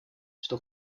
что